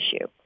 issue